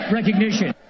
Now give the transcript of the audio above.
recognition